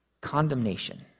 condemnation